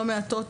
לא מעטות,